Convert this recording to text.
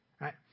right